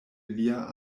lia